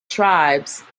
tribes